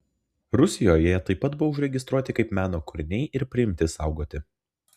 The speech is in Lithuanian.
rusijoje jie taip pat buvo užregistruoti kaip meno kūriniai ir priimti saugoti